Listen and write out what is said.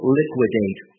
liquidate